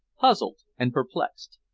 puzzled and perplexed.